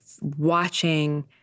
watching